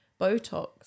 Botox